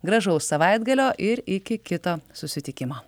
gražaus savaitgalio ir iki kito susitikimo